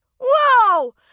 Whoa